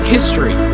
History